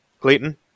Clayton